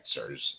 answers